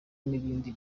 n’ibindi